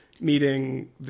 meeting